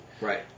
Right